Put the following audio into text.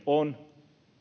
on